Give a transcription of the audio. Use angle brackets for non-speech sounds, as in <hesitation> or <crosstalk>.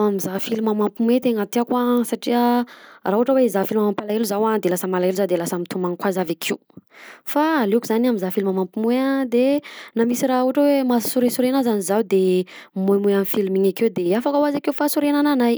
<hesitation> Mizaha filma mampiome tena tiàko satria raha ohatra hoe hizaha filma mampalahelo zaho a de lasa mitomany zaho avekeo fa aleoko zany mizaha filma mampimoe de raha misy ohatra hoe mahasoresorena ary zaho de mimoemoe amin'iny filme iny akeo de afaka hoazy akeo fahasorenana anahy.